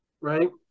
right